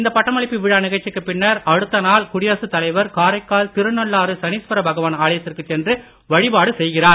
இந்த பட்டமளிப்பு விழா நிகழ்ச்சிக்குப் பின்னர் அடுத்த நாள் குடியரசுத் தலைவர் காரைக்கால் திருநள்ளாறு சனீஸ்வரபகவான் ஆலயத்திற்கு சென்று வழிபாடு செய்கிறார்